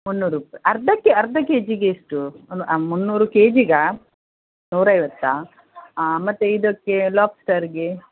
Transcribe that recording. ಮೂನ್ನೂರು ರೂಪಾಯಿ ಅರ್ಧಕ್ಕೆ ಅರ್ಧ ಕೆ ಜಿಗೆ ಎಷ್ಟು ಒಂದು ಮೂನ್ನೂರು ಕೆ ಜಿಗಾ ನೂರೈವತ್ತಾ ಮತ್ತೆ ಇದಕ್ಕೆ ಲಾಬ್ಸ್ಟರಿಗೆ